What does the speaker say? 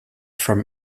from